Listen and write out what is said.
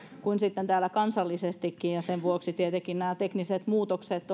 kuin sitten täällä kansallisestikin sen vuoksi tietenkin nämä tekniset muutokset